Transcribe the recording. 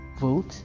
vote